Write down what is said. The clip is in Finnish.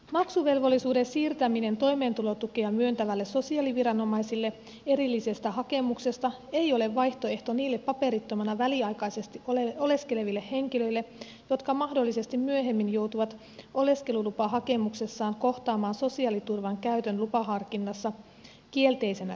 maksuvelvollisuuden siirtäminen toimeentulotukea myöntävälle sosiaaliviranomaiselle erillisestä hakemuksesta ei ole vaihtoehto niille paperittomana väliaikaisesti oleskeleville henkilöille jotka mahdollisesti myöhemmin joutuvat oleskelulupahakemuksessaan kohtaamaan sosiaaliturvan käytön lupaharkinnassa kielteisenä tekijänä